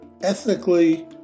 ethically